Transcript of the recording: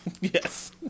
Yes